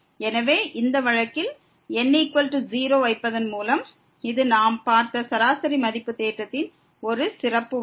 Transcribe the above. எனவே இந்த வழக்கில் n0ஐ வைப்பதன் மூலம் இது நாம் பார்த்த சராசரி மதிப்பு தேற்றத்தின் ஒரு சிறப்பு வழக்கு